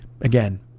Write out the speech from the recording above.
again